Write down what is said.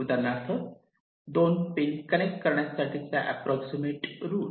उदाहरणार्थ 2 pin connect करण्यासाठीचा approximate route